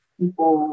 people